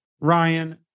Ryan